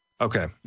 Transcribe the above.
Okay